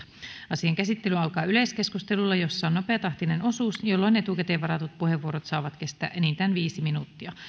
asian käsittely alkaa yleiskeskustelulla jossa on nopeatahtinen osuus jolloin etukäteen varatut puheenvuorot saavat kestää enintään viisi minuuttia